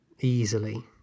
easily